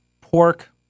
pork